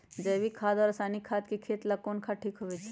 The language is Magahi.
जैविक खाद और रासायनिक खाद में खेत ला कौन खाद ठीक होवैछे?